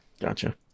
gotcha